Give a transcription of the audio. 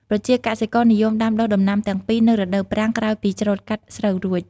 ប្រជាកសិករនិយមដាំដុះដំណាំទាំងនេះនៅរដូវប្រាំង ក្រោយពីច្រូតកាត់ស្រូវរួច។